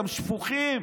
אתם שפוכים.